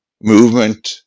movement